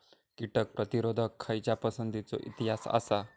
कीटक प्रतिरोधक खयच्या पसंतीचो इतिहास आसा?